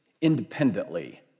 independently